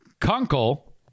Kunkel